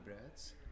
breads